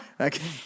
Okay